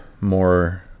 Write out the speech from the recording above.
more